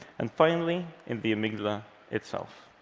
and finally in the amygdala itself.